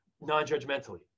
non-judgmentally